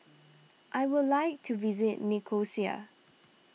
I would like to visit Nicosia